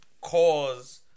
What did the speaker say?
cause